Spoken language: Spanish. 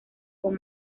con